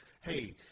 Hey